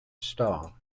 star